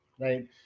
right